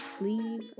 Leave